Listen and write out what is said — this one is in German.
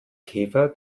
käfer